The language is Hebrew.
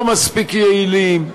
לא מספיק יעילים,